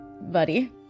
buddy